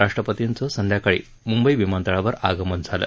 राष्ट्रपतींच संध्याकाळी मुंबई विमान तळावर आगमन झालं